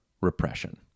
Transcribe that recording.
repression